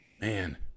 man